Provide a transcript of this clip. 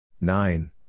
Nine